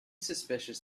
suspicious